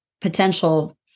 potential